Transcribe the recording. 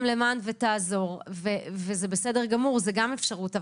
למען ותעזור וזה בסדר גמור וגם זו אפשרות,